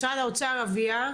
משרד האוצר, אביה,